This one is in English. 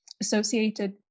associated